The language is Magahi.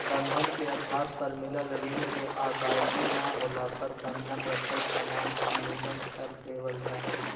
बंधक के आधार पर मिलल ऋण के अदायगी न होला पर बंधक रखल सामान के नीलम कर देवल जा हई